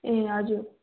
ए हजुर